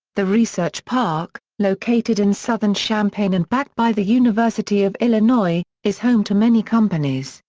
the research park, located in southern champaign and backed by the university of illinois, is home to many companies,